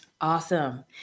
Awesome